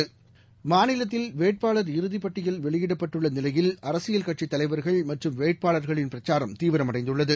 பிரச்சாரம் round up மாநிலத்தில் வேட்பாளர் இறுதிப்பட்டியல் வெளியிடப்பட்டுள்ளநிலையில் அரசியல் கட்சித் தலைவர்கள் மற்றும் வேட்பாளர்களின் பிரச்சாரம் தீவிரமடைந்துள்ளது